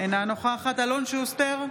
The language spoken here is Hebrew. אינה נוכחת אלון שוסטר,